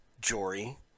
Jory